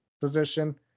position